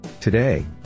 Today